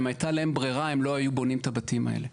אם הייתה להם ברירה הם אלא היו בונים את הבתים האלה,